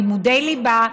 לימודי ליבה,